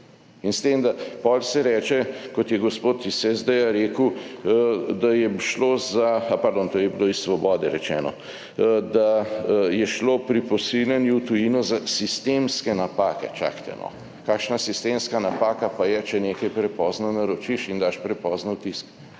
In s tem, da pol se reče, kot je gospod iz SD-ja rekel, da je šlo za, pardon, to je bilo iz Svobode rečeno, da je šlo pri pošiljanju v tujino za sistemske napake. Čakajte no?! Kakšna sistemska napaka pa je, če nekaj prepozno naročiš in daš prepozno v tisk